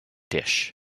dish